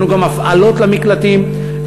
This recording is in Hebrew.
הבאנו גם הפעלות למקלטים,